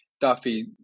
Duffy